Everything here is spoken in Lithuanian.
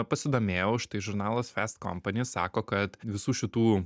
pasidomėjau štai žurnalas fast company sako kad visų šitų